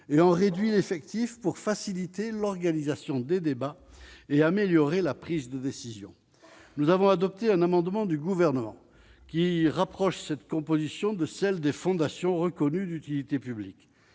et on réduit l'effectif pour faciliter l'organisation des débats et améliorer la prise de décision, nous avons adopté un amendement du gouvernement qui rapproche cette composition de celle des fondations reconnues d'utilité publique,